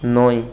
নয়